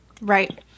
Right